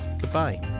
goodbye